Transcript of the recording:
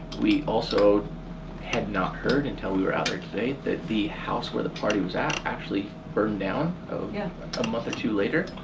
we also had not heard until we were out there today that the house where the party was at actually burned down a month or two later